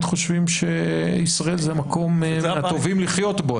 חושבים שישראל זה מקום אחד הטובים לחיות בו,